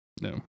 No